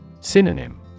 Synonym